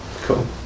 Cool